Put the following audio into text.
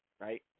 right